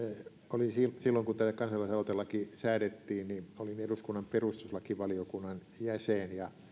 olin silloin kun täällä kansalaisaloitelaki säädettiin eduskunnan perustuslakivaliokunnan jäsen ja